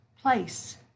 place